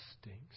stinks